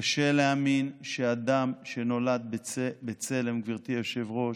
קשה להאמין שאדם שנולד בצלם, גברתי היושבת-ראש,